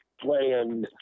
playing